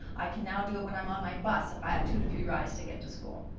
i can now do it when i'm on my bus, if i have two to three rides to get to school.